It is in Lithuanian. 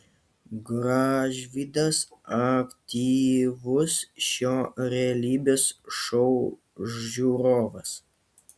gražvydas aktyvus šio realybės šou žiūrovas